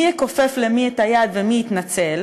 מי יכופף למי את היד ומי יתנצל,